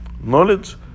Knowledge